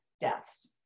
deaths